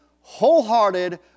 wholehearted